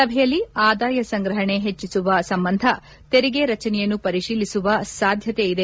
ಸಭೆಯಲ್ಲಿ ಆದಾಯ ಸಂಗ್ರಪಣೆ ಪೆಜ್ವಿಸುವ ಸಂಬಂಧ ತೆರಿಗೆ ರಚನೆಯನ್ನು ಪರಿಶೀಲಿಸುವ ಸಾಧ್ಯತೆ ಇದೆ